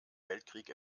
weltkrieg